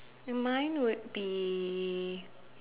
and mine would be